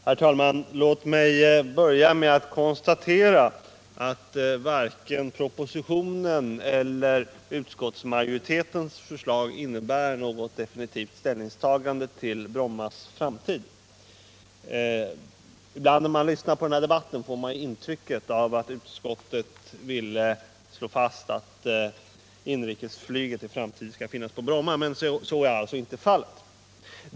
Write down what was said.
Herr talman! Låt mig börja med att konstatera att varken propositionen eller utskottsmajoritetens förslag innebär något definitivt ställningstagande till Brommas framtid. Ibland när man har lyssnat till den här debatten har man fått intrycket att utskottet ville slå fast att inrikesflyget i framtiden skall finnas på Bromma, men så är alltså inte fallet.